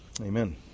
amen